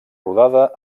rodada